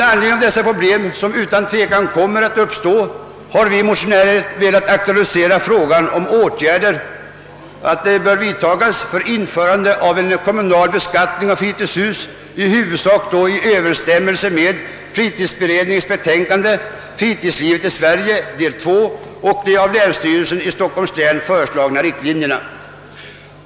Med tanke härpå har vi motionärer velat aktualisera frågan om åtgärder för införande av en kommunal beskattning av fritidshus, i huvudsaklig överensstämmelse med fritidsberedningens betänkande Fritidslivet i Sverige, del 2, och de av länsstyrelsen i Stockholms län föreslagna riktlinjerna.